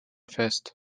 fest